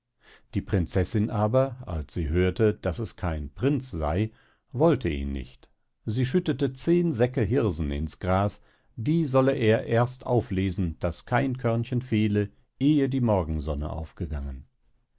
die prinzessin aber als sie hörte daß es kein prinz sey wollte ihn nicht sie schüttete zehn säcke hirsen ins gras die solle er erst auflesen daß kein körnchen fehle ehe die morgensonne aufgegangen